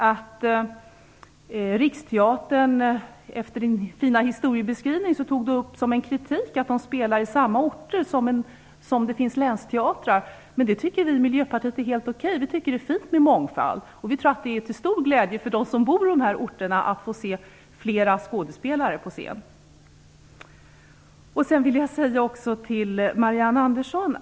Efter den fina historieskrivningen vad gäller Riksteatern tog Lennart Fridén upp som kritik att man spelar på orter där det finns länsteatrar. Det tycker däremot vi i Miljöpartiet är helt okej. Vi tycker att det är fint med mångfald, och vi tror att det är till stor glädje för dem som bor i de här orterna att få se fler skådespelare på scenen. Jag vill också vända mig till Marianne Andersson.